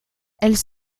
elles